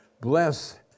Bless